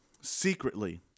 secretly